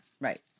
Right